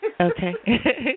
Okay